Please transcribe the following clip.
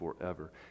forever